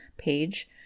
page